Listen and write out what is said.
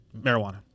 marijuana